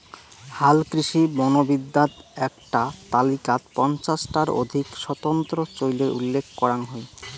হালকৃষি বনবিদ্যাত এ্যাকটা তালিকাত পঞ্চাশ টার অধিক স্বতন্ত্র চইলের উল্লেখ করাং হই